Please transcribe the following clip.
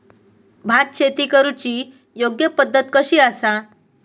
भात शेती करुची योग्य पद्धत कशी आसा?